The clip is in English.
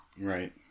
Right